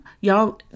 y'all